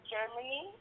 Germany